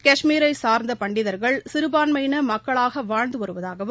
காஷ்மீரை சார்ந்த பண்டிதர்கள் சிறபான்மையின மக்களாக வாழ்ந்து வருவதாகவும்